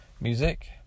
music